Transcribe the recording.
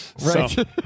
Right